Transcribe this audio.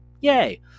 yay